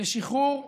לשחרור מחבלים,